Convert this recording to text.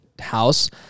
house